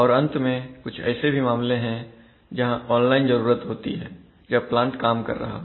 और अंत में कुछ ऐसे भी मामले हैं जहां ऑनलाइन जरूरत होती है जब प्लांट काम कर रहा हो